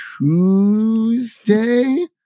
Tuesday